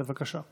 בבקשה.